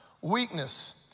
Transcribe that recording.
Weakness